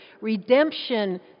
redemption